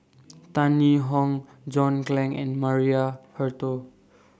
Tan Yee Hong John Clang and Maria Hertogh